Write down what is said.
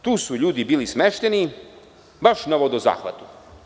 Tu su ljudi bili smešteni, baš na vodozahvatu.